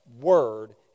word